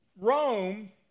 Rome